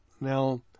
Now